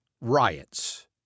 riots